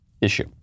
issue